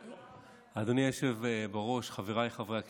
אדוני היושב בראש, חבריי חברי הכנסת,